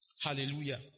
Hallelujah